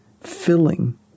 filling